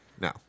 No